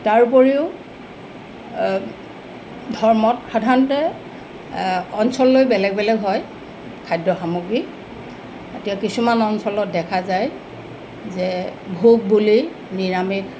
তাৰোপৰিও ধৰ্মত সাধাৰণতে অঞ্চল লৈ বেলেগ বেলেগ হয় খাদ্য সামগ্ৰী এতিয়া কিছুমান অঞ্চলত দেখা যায় যে ভোগ বুলি নিৰামিষ